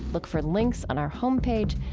look for links on our homepage,